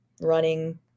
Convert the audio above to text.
running